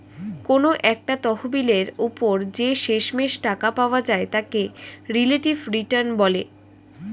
কোনো একটা তহবিলের উপর যে শেষমেষ টাকা পাওয়া যায় তাকে রিলেটিভ রিটার্ন বলে